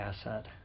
asset